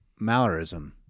malarism